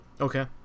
Okay